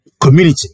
community